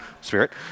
spirit